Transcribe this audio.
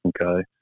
Okay